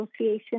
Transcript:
Association